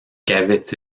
qu’avait